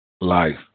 life